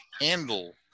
handle